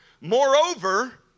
Moreover